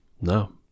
no